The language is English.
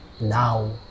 now